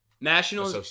national